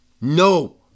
No